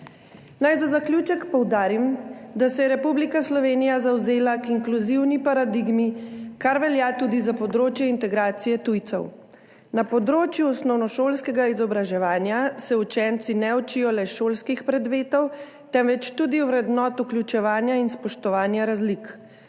Naj za zaključek poudarim, da se je Republika Slovenija zavzela k inkluzivni paradigmi, kar velja tudi za področje integracije tujcev. Na področju osnovnošolskega izobraževanja se učenci ne učijo le šolskih predmetov, temveč tudi vrednot vključevanja in spoštovanja razlik.